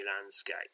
landscape